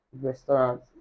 restaurant